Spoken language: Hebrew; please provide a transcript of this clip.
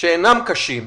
שאינם קשים,